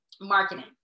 marketing